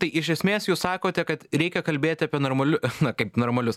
tai iš esmės jūs sakote kad reikia kalbėti apie normaliu ech na kaip normalius